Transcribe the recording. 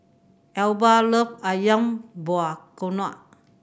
Elba love Ayam Buah Keluak